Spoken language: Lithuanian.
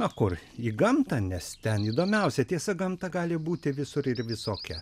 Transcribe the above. na kur į gamtą nes ten įdomiausia tiesa gamta gali būti visur ir visokia